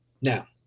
Now